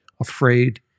afraid